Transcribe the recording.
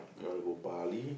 you wanna go Bali